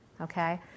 okay